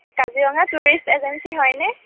Kaziranga tourist agency হয়নে